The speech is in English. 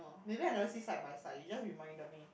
maybe I never see side by side you just reminded me